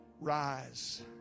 Rise